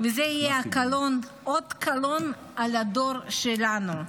וזה יהיה אות קלון על הדור שלנו.